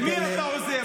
למי אתה עוזר?